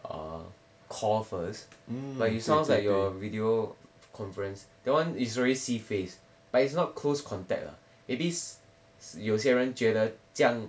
err call first like you sounds like your video conference that one is already see face but it's not close contact lah maybe 有些人觉得这样